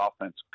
offense